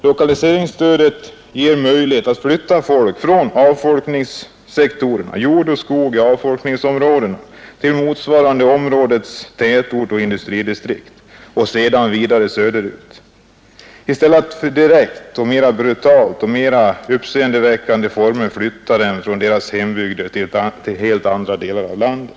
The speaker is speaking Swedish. Lokaliseringsstödet gör det möjligt att flytta folk först från avfolkningssektorerna — jordoch skogsbruk — i avfolkningsområdena till dessa områdens tätorter och industridistrikt och sedan vidare söderut — i stället för att direkt och under brutalare och mer uppseendeväckande former flytta människorna från deras hembygder till helt andra delar av landet.